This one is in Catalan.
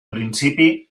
principi